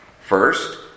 First